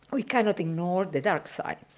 we cannot ignore the dark side.